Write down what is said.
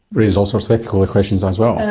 raises all sorts of ethical questions as well.